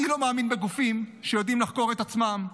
אני לא מאמין בגופים שיודעים לחקור את עצמם.